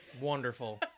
Wonderful